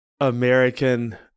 American